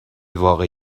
واقعی